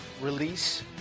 Release